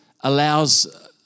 allows